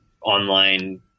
online